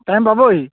time পাব সি